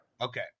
Okay